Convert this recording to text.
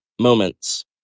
moments